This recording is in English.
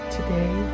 Today